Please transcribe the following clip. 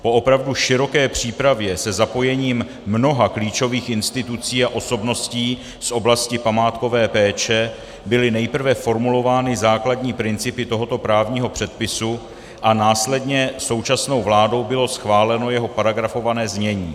Po opravdu široké přípravě se zapojením mnoha klíčových institucí a osobností z oblasti památkové péče byly nejprve formulovány základní principy tohoto právního předpisu a následně bylo současnou vládou schváleno jeho paragrafované znění.